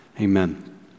Amen